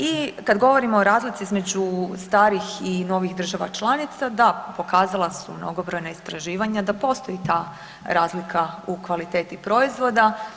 I kad govorimo o razlici između starih i novih država članica, da pokazala su mnogobrojna istraživanja da postoji ta razlika u kvaliteti proizvoda.